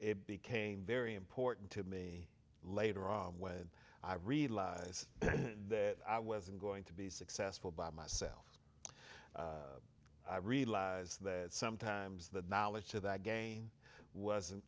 it became very important to me later on when i realized that i wasn't going to be successful by myself i realize that sometimes the knowledge to that gain wasn't